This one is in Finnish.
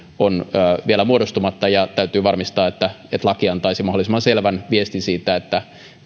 vielä muodostumatta ja täytyy varmistaa että laki antaisi mahdollisimman selvän viestin siitä että